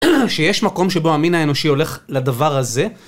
שיש מקום שבו המין האנושי הולך לדבר הזה?